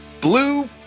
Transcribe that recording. Blue